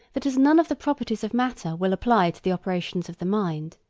that as none of the properties of matter will apply to the operations of the mind,